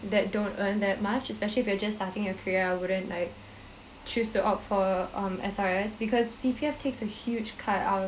that don't earn that much especially if you're just starting your career I wouldn't like choose to opt for um S_R_S because C_P_F takes a huge cut out